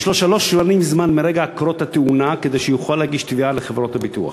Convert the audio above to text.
יש לו שלוש שנים מרגע קרות התאונה להגיש תביעה לחברות הביטוח.